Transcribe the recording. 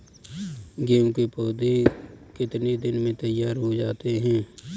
गेहूँ के पौधे कितने दिन में तैयार हो जाते हैं?